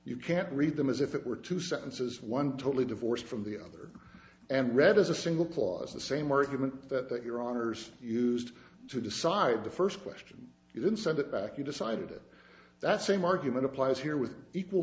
you can't read them as if it were two sentences one totally divorced from the other and read as a single clause the same argument that your honour's used to decide the first question you can send it back you decided it that same argument applies here with equal